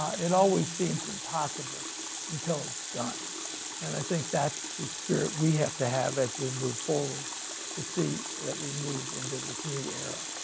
it always seems impossible until it's done and i think that's the spirit we have to have as we move forward to see that we move into this new era.